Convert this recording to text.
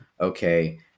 okay